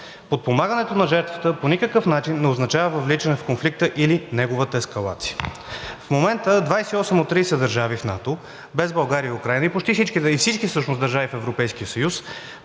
Подпомагането на жертвата по никакъв начин не означава въвличане в конфликта или неговата ескалация. В момента 28 от 30 държави в НАТО – без България и Украйна, всъщност всички държави в